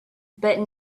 but